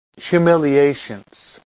humiliations